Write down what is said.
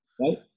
Right